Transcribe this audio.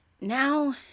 Now